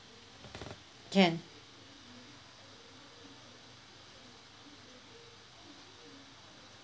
can